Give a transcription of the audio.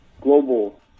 global